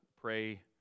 pray